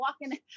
walking